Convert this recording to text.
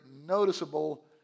noticeable